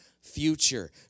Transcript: future